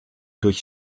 durch